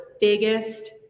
biggest